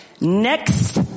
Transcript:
next